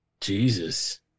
Jesus